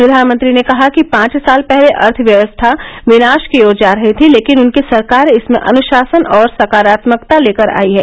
प्रधानमंत्री ने कहा कि पांच साल पहले अर्थव्यवस्था विनाश की ओर जा रही थी लेकिन उनकी सरकार इसमें अनुशासन और सकारात्मकता लेकर आई है